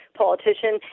politician